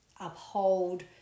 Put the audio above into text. uphold